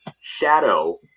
shadow